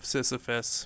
Sisyphus